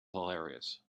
hilarious